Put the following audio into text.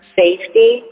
safety